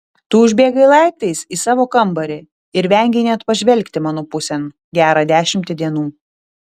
tu užbėgai laiptais į savo kambarį ir vengei net pažvelgti mano pusėn gerą dešimtį dienų